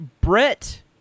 Brett